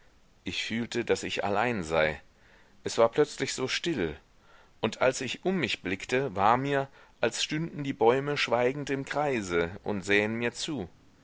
ich fühlte daß ich allein sei es war plötzlich so still und als ich um mich blickte war mir als stünden die bäume schweigend im kreise und sähen mir zu